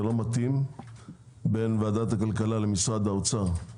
זה לא מתאים בין ועדת הכלכלה למשרד האוצר.